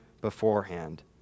beforehand